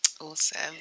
Awesome